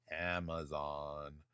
Amazon